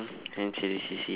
N_C_D_C_C